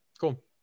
Cool